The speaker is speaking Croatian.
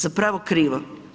Zapravo krivo.